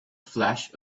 flash